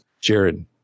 jared